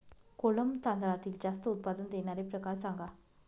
कोलम तांदळातील जास्त उत्पादन देणारे प्रकार सांगा